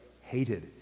hated